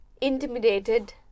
intimidated